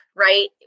right